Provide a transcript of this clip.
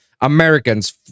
Americans